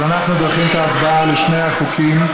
אז אנחנו דוחים את ההצבעה על שני החוקים.